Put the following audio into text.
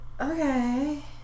Okay